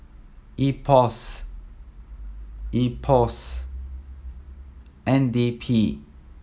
IPOS IPOS N D P